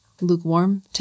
lukewarm